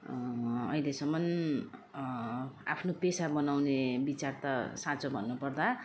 अहिलेसम्म आफ्नो पेसा बनाउने विचार त साँचो भन्नु पर्दा